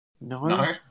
No